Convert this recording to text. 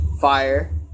fire